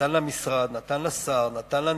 נתן למשרד, נתן לשר, נתן לנציבות,